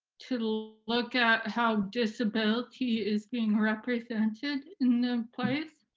to look at how disability is being represented in the place,